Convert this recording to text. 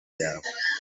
yawe